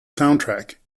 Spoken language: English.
soundtrack